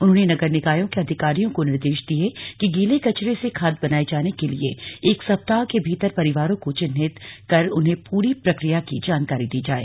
उन्होंने नगर निकायों के अधिकारियों को निर्देश दिये कि गीले कचरे से खाद बनाये जाने के लिए एक सप्ताह के भीतर परिवारों को चिन्हित कर उन्हें पूरी प्रक्रिया की जानकारी दी जाए